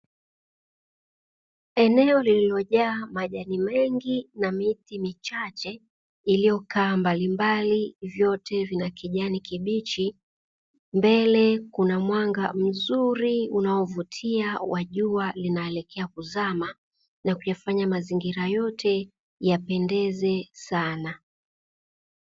Eneo lililojaa majani mengi na miti michache iliyokaa mbali mbali vyote vina kijani kibichi mbele kuna mwanga mzuri unaovutia wa jua linaelekea kuzama na kuyafanya mazingira yote yapendeze sana.